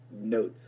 notes